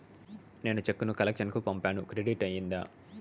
నేను చెక్కు ను కలెక్షన్ కు పంపాను క్రెడిట్ అయ్యిందా